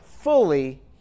fully